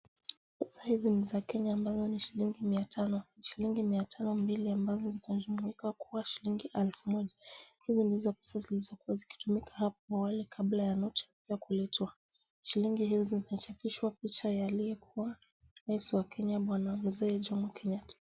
Pesa hizi ni za kenya ambazo ni shilingi mia tano mbili ambazo zinajumuika kuwa shilingi elfu moja. Hizi ndizo pesa zilizokuwa zikitumika hapo awali kabla ya noti mpya kuletwa. Shilingi hizi zimechapishwa picha ya aliyekuwa rais wa Kenya bwana Mzee Jomo Kenyatta.